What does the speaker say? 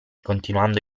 continuando